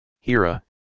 Hira